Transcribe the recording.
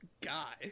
Guy